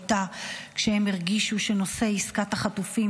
הייתה כשהם הרגישו שנושא עסקת החטופים